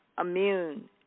immune